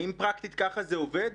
האם פרקטית ככה זה עובד?